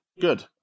good